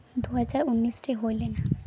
ᱫᱩ ᱦᱟᱡᱟᱨ ᱩᱱᱤᱥ ᱨᱮ ᱦᱩᱭ ᱞᱮᱱᱟ